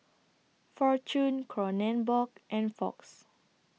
Fortune Kronenbourg and Fox